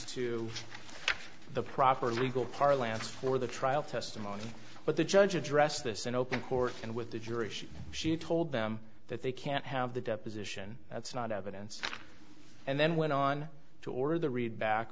to the proper legal parlance for the trial testimony but the judge addressed this in open court and with the jury she she told them that they can't have the deposition that's not evidence and then went on to order the read back